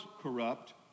corrupt